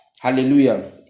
hallelujah